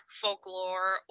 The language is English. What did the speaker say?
folklore